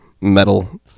Metal